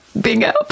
bingo